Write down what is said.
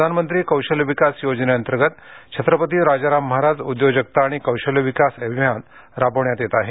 प्रधानमंत्री कौशल्य विकास योजनेअंतर्गत छत्रपती राजाराम महाराज उद्योजकता आणि कौशल्य विकास अभियान राबविण्यात येत आहे